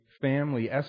family